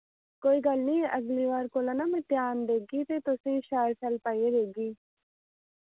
कोई गल्ल निं अगली बार कोला ना में ध्यान देगी ते तुसें शैल शैल पाइयै देगी